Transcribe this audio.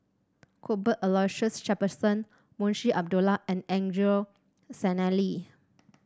Cuthbert Aloysius Shepherdson Munshi Abdullah and Angelo Sanelli